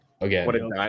again